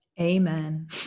Amen